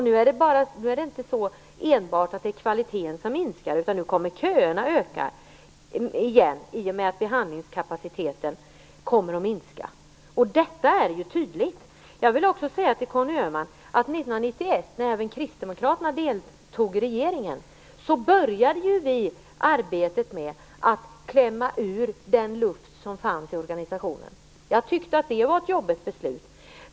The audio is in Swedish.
Nu är det inte enbart fråga om minskad kvalitet, utan nu kommer köerna återigen att öka i och med att behandlingskapaciteten minskar. Detta är tydligt. 1991, då även Kristdemokraterna deltog i regeringen, började vi på arbetet med att klämma ur den luft som fanns i organisationen. Jag tyckte att det var ett jobbigt beslut.